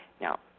Now